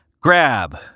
Grab